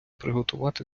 приготувати